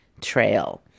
trail